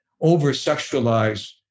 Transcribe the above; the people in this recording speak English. over-sexualized